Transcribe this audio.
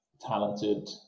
talented